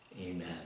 Amen